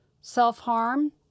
self-harm